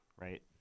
right